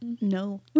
No